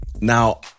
Now